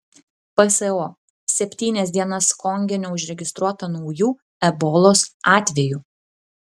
pso septynias dienas konge neužregistruota naujų ebolos atvejų